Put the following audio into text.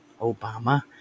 Obama